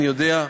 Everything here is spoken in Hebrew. אני יודע.